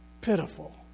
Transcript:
pitiful